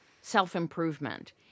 self-improvement